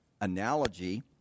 analogy